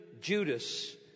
Judas